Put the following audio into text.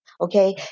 okay